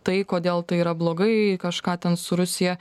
tai kodėl tai yra blogai kažką ten su rusija